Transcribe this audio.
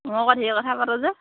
মই আকৌ ঢেৰ কথা পাতোঁ যে